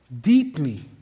deeply